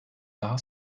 daha